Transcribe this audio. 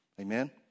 Amen